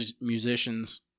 musicians